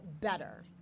better